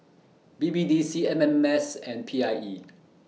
B B D C M M S and P I E